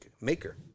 maker